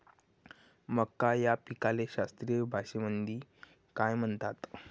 मका या पिकाले शास्त्रीय भाषेमंदी काय म्हणतात?